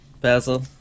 Basil